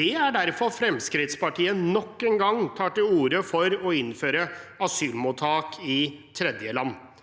Det er derfor Fremskrittspartiet nok en gang tar til orde for å innføre asylmottak i tredjeland.